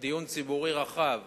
דיון ציבורי רחב